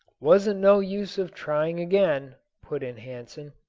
wasn't no use of trying again, put in hansen.